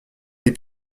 les